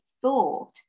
thought